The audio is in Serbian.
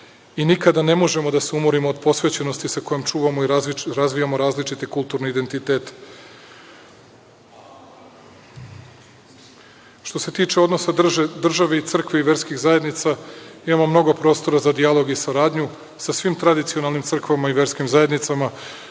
i nikada ne možemo da se umorimo od posvećenosti sa kojom čuvamo i razvijamo različite kulturne identitete. Što se tiče odnosa države i Crkve i verskih zajednica, imamo mnogo prostora za dijalog i saradnju. Sa svim tradicionalnim crkvama i verskim zajednicama